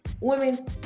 Women